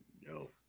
No